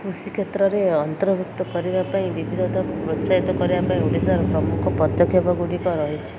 କୃଷି କ୍ଷେତ୍ରରେ ଅନ୍ତର୍ଭୁକ୍ତ କରିବା ପାଇଁ ବିଭିିଧତାକୁ ପ୍ରୋତ୍ସାହିତ କରିବା ପାଇଁ ଓଡ଼ିଶାର ପ୍ରମୁଖ ପଦକ୍ଷେପଗୁଡ଼ିକ ରହିଛି